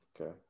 Okay